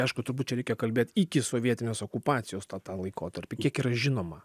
aišku turbūt reikia kalbėt iki sovietinės okupacijos tą tą laikotarpį kiek yra žinoma